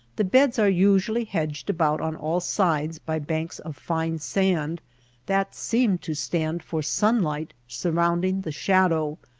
the beds are usually hedged about on all sides by banks of fine sand that seem to stand for sunlight surrounding the shadow,